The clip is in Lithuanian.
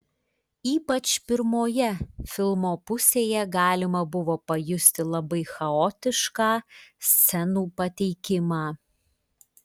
ypač pirmoje filmo pusėje galima buvo pajusti labai chaotišką scenų pateikimą